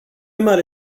mare